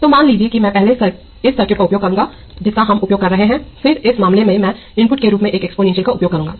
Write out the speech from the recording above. तोमान लीजिए कि मैं पहले इस सर्किट का उपयोग करूंगा जिसका हम उपयोग कर रहे हैं फिर इस मामले में मैं इनपुट के रूप में एक एक्सपोनेंशियल का उपयोग करूंगा